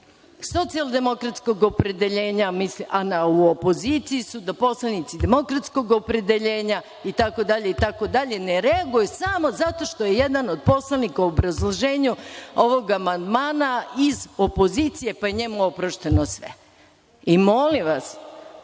socijaldemokratskog opredeljenja, a u opoziciji su, poslanici demokratskog opredeljenja, itd, ne reaguju samo zato što je jedan od poslanika u obrazloženju ovog amandmana iz opozicije, pa je njemu oprošteno sve. Molim vas,